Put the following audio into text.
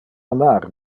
amar